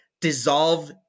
dissolve